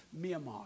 Myanmar